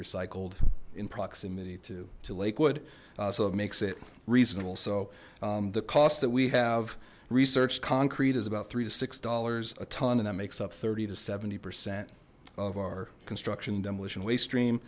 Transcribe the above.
recycled in proximity to to lakewood so it makes it reasonable so the costs that we have researched concrete is about three to six dollars a ton and that makes up thirty to seventy percent of our construction and demolition waste stream